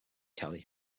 kelly